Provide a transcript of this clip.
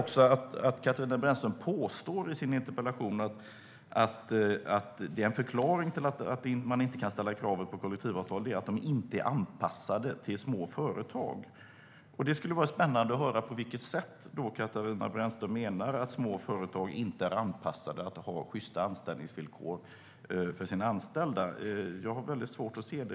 Katarina Brännström påstår också i sin interpellation att en förklaring till att man inte kan ställa krav på kollektivavtal är att de inte är anpassade till små företag. Det skulle vara spännande att höra på vilket sätt Katarina Brännström menar att små företag inte är anpassade till att ha sjysta anställningsvillkor för sina anställda. Jag har svårt att se det.